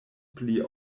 pli